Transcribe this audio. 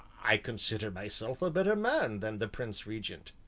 i consider myself a better man than the prince regent,